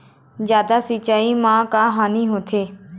जादा सिचाई म का हानी होथे?